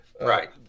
Right